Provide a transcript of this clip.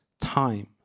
time